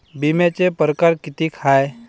बिम्याचे परकार कितीक हाय?